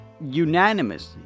unanimously